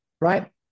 right